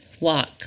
walk